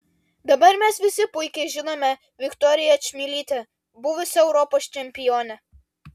dabar mes visi puikiai žinome viktoriją čmilytę buvusią europos čempionę